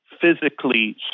physically